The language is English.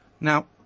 Now